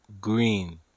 green